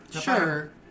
sure